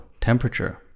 temperature